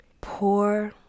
Poor